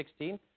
2016